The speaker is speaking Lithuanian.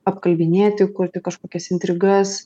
apkalbinėti kurti kažkokias intrigas